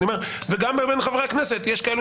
גם בין חברי הכנסת יש כאלה